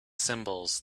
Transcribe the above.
symbols